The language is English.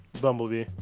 Bumblebee